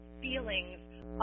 feelings